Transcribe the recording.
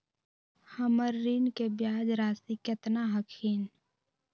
हमर ऋण के ब्याज रासी केतना हखिन?